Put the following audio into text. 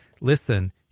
Listen